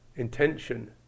Intention